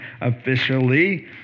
officially